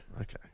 Okay